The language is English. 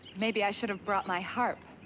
maybe i should have brought my harp.